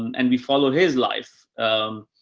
and we follow his life. um,